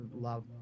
love